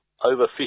overfishing